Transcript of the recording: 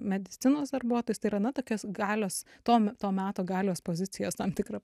medicinos darbuotojus tai yra na tokios galios to me to meto galios pozicijos tam tikra